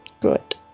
good